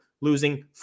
losing